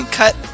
cut